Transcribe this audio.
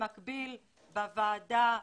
במקביל, בוועדה,